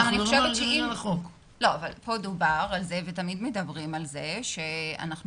פה דובר על זה ותמיד מדברים על זה שאנחנו